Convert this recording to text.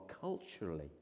culturally